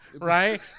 right